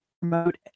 promote